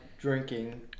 drinking